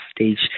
stage